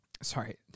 Sorry